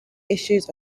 issue